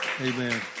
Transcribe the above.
Amen